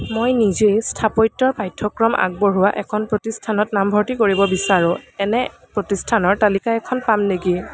মই নিজে স্থাপত্যৰ পাঠ্যক্ৰম আগবঢ়োৱা এখন প্ৰতিষ্ঠানত নামভৰ্তি কৰিব বিচাৰোঁ এনে প্ৰতিষ্ঠানৰ তালিকা এখন পাম নেকি